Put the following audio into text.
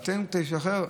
תשחרר.